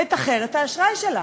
לתחר את האשראי שלה,